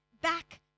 back